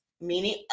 meaning